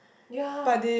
ya